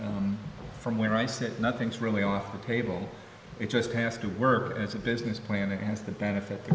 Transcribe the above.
from where i sit nothing's really off the table it just has to work as a business plan it has the benefit